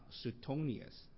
Suetonius